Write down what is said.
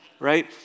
Right